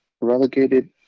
relegated